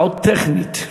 טעות טכנית.